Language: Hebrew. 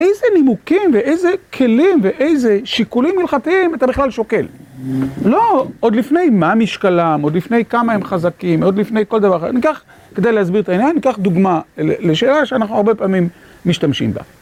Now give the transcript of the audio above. איזה נימוקים ואיזה כלים ואיזה שיקולים הלכתיים אתה בכלל שוקל. לא, עוד לפני מה משקלם, עוד לפני כמה הם חזקים, עוד לפני כל דבר אחר. אני אקח, כדי להסביר את העניין, אני אקח דוגמה לשאלה שאנחנו הרבה פעמים משתמשים בה.